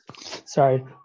Sorry